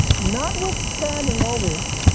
notwithstanding all this,